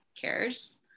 cares